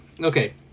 okay